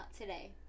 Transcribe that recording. today